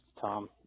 Tom